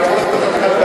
זה יבוא לוועדת כלכלה.